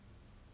mm